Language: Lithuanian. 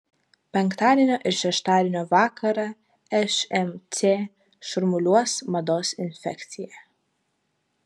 penktadienio ir šeštadienio vakarą šmc šurmuliuos mados infekcija